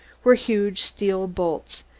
were huge steel bolts,